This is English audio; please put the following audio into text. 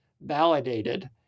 validated